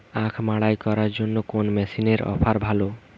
আখ মাড়াই করার জন্য কোন মেশিনের অফার ভালো?